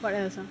what else ah